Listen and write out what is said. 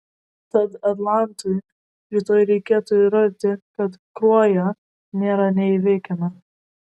tad atlantui rytoj reikėtų įrodyti kad kruoja nėra neįveikiama